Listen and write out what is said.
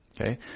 Okay